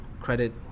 Credit